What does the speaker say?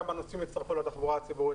כמה נוסעים יצטרכו תחבורה ציבורית.